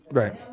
right